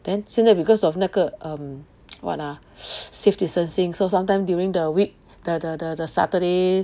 then 现在 because of 那个 um what ah safety distancing so sometime during the week the the the Saturday